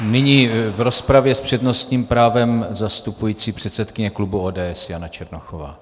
Nyní v rozpravě s přednostním právem zastupující předsedkyně klubu ODS Jana Černochová.